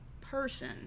person